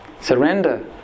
Surrender